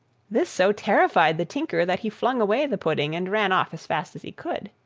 this so terrified the tinker that he flung away the pudding, and ran off as fast as he could.